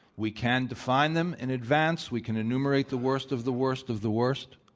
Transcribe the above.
we can define them in advance. we can enumerate the worst of the worst of the worst.